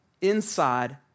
inside